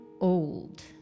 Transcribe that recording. old